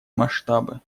масштабы